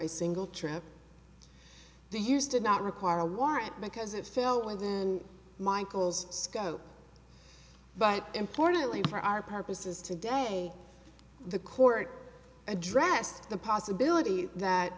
a single trip they used did not require a warrant because it fell and then michael's scope but importantly for our purposes today the court addressed the possibility that